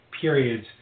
periods